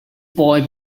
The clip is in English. boy